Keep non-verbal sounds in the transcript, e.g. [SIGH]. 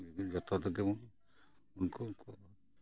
ᱡᱚᱛᱚ ᱛᱮᱜᱮᱵᱚᱱ ᱩᱱᱠᱩ ᱩᱱᱠᱩ [UNINTELLIGIBLE]